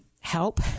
help